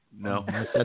No